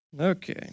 Okay